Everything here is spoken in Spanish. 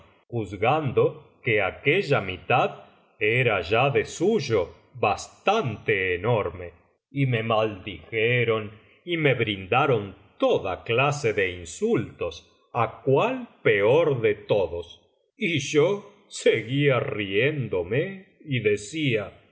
juzgando que aquella mitad era ya de suyo bastante enorme y me maldijeron y me brindaron toda clase de insultos á cuál peor de todos y yo seguía riéndome y decía